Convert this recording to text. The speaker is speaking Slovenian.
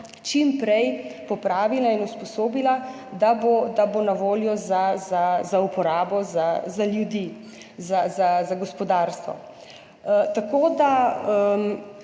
čim prej popravila in usposobila, da bo na voljo za uporabo za ljudi, za gospodarstvo. Tako da